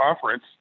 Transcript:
conference